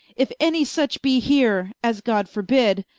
if any such be here, as god forbid,